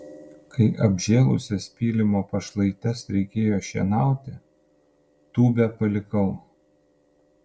kai apžėlusias pylimo pašlaites reikėjo šienauti tūbę palikau